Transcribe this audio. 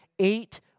Eight